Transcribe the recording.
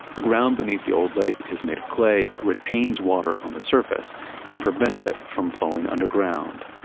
the ground beneath the old lake is made of clay that retains water on the surface and prevents it from falling underground,